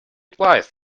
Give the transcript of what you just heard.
advise